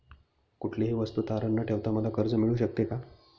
कुठलीही वस्तू तारण न ठेवता मला कर्ज मिळू शकते का?